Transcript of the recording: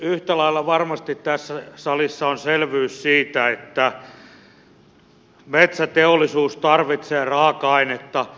yhtä lailla varmasti tässä salissa on selvyys siitä että metsäteollisuus tarvitsee raaka ainetta